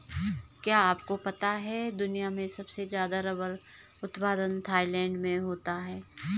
क्या आपको पता है दुनिया में सबसे ज़्यादा रबर उत्पादन थाईलैंड में होता है?